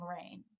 rain